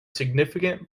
significant